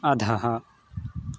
अधः